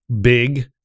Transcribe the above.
big